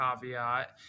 Caveat